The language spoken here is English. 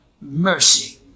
Mercy